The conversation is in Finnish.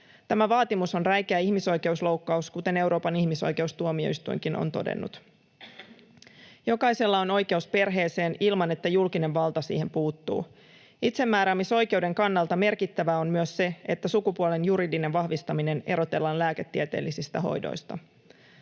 Tämä vaatimus on räikeä ihmisoi- keusloukkaus, kuten Euroopan ihmisoikeustuomioistuinkin on todennut. Jokaisella on oikeus perheeseen ilman, että julkinen valta siihen puuttuu. Itsemääräämisoikeuden kannalta merkittävää on myös se, että sukupuolen juridinen vahvistaminen erotellaan lääketieteellisistä hoidoista.